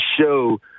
show